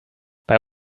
bei